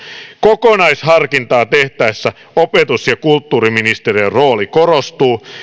kokonaisharkintaa tehtäessä opetus ja kulttuuriministeriön rooli korostuu